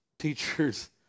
teachers